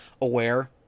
aware